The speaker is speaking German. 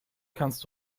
kannst